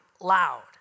loud